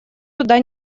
туда